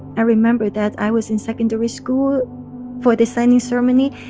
i remember that i was in secondary school for the signing ceremony.